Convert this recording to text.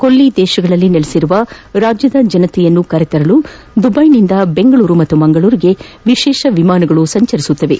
ಕೊಲ್ಲಿ ರಾಷ್ಷಗಳಲ್ಲಿ ನೆಲೆಸಿರುವ ರಾಜ್ಯದ ಜನರನ್ನು ಕರೆತರಲು ದುಬೈನಿಂದ ಬೆಂಗಳೂರು ಹಾಗೂ ಮಂಗಳೂರಿಗೆ ವಿಶೇಷ ವಿಮಾನಗಳು ಸಂಚರಿಸಲಿವೆ